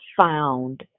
found